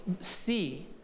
see